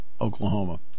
Oklahoma